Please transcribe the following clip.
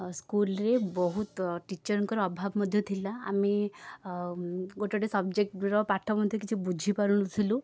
ଆଉ ସ୍କୁଲ୍ରେ ବହୁତ ଟିଚରଙ୍କର ଅଭାବ ମଧ୍ୟ ଥିଲା ଆମେ ଗୋଟେ ଗୋଟେ ସବଜେକ୍ଟର ପାଠ ମଧ୍ୟ କିଛି ବୁଝିପାରୁନଥିଲୁ